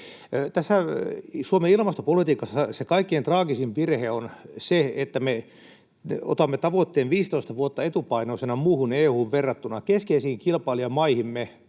Suomen ilmastopolitiikassa se kaikkein traagisin virhe on, että me otamme tavoitteen 15 vuotta etupainoisena muuhun EU:hun verrattuna — siis keskeisiin kilpailijamaihimme